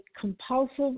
compulsive